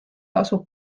asub